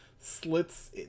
slits